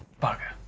bugger.